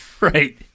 Right